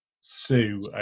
sue